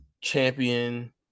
champion